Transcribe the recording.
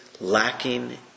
lacking